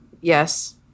Yes